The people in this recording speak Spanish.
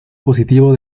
positivo